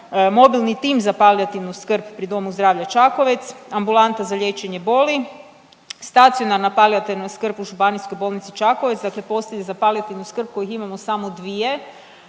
mobilni tim za palijativnu skrb pri Domu zdravlja Čakovec, ambulanta za liječenje boli, stacionarna palijativna skrb u Županijskoj bolnici Čakovec, dakle postelje za palijativnu skrb kojih imamo samo dvije